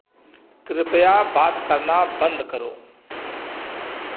कृपया बात करना बंद करो